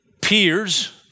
peers